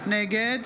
נגד